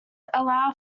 allow